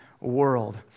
world